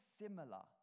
similar